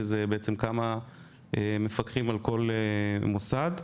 בעצם כמה מפקחים על כל מוסד.